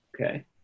okay